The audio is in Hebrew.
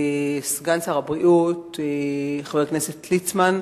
לסגן שר הבריאות חבר הכנסת ליצמן,